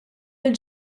fil